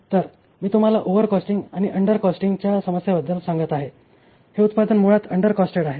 तर मी तुम्हाला ओव्हर कॉस्टिंग आणि अंडर कॉस्टिंगच्या समस्येबद्दल सांगत आहे हे उत्पादन मुळात अंडरकॉस्टेटेड आहे